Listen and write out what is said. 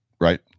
right